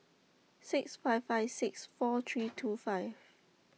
six five five six four three two five